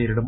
നേരിടും